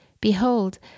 Behold